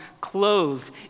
clothed